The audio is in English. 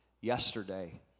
yesterday